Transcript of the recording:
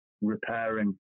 repairing